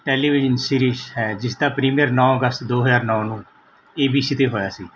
television series ਹੈ ਜਿਸਦਾ premiere ਨੋਂ ਅਗਸਤ ਦੋ ਹਜ਼ਾਰ ਨੌ ਨੂੰ ਏ ਬੀ ਸੀ 'ਤੇ ਹੋਇਆ ਸੀ